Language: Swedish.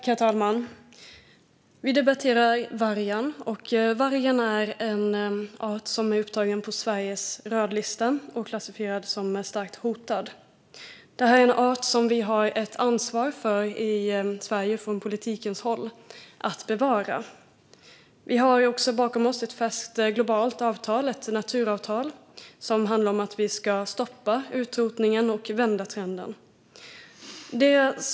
Herr talman! Vi debatterar vargen, en art som är upptagen på Sveriges rödlista och klassificerad som starkt hotad. Det här är en art som vi i Sverige från politikens håll har ett ansvar för att bevara. Vi har också bakom oss ett färskt globalt naturavtal som handlar om att vi ska stoppa utrotningen och vända trenden.